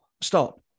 Stop